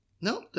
No